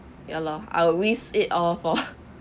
ya lor I always ate all of four